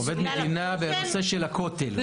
הוא עובד מדינה בנושא של הכותל,